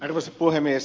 arvoisa puhemies